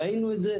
ראינו את זה,